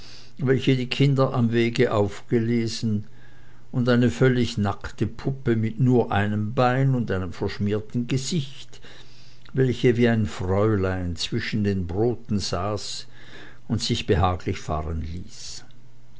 welche die kinder am wege aufgelesen und eine völlig nackte puppe mit nur einem bein und einem verschmierten gesicht welche wie ein fräulein zwischen den broten saß und sich behaglich fahren ließ